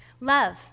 love